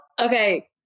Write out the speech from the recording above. okay